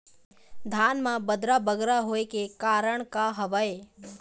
धान म बदरा बगरा होय के का कारण का हवए?